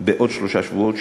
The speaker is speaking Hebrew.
בעוד שלושה שבועות,